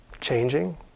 changing